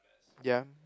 ya